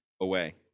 away